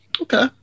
Okay